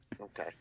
Okay